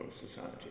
Society